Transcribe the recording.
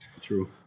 true